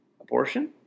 abortion